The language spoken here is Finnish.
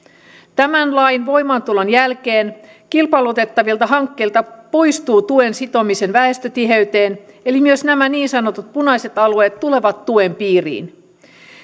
tämän lain voimaantulon jälkeen kilpailutettavilta hankkeilta poistuu tuen sitominen väestötiheyteen eli myös nämä niin sanotut punaiset alueet tulevat tuen piiriin